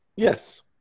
Yes